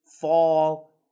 fall